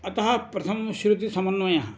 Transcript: अतः प्रथमं श्रुतिसमन्वयः